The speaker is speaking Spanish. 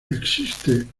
existe